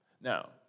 Now